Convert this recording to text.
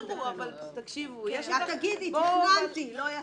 בתקנות כי את תגידי: תכננתי אבל לא יצא.